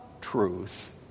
truth